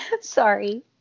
Sorry